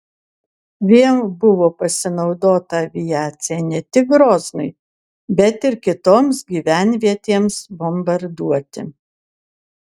vėl buvo pasinaudota aviacija ne tik groznui bet ir kitoms gyvenvietėms bombarduoti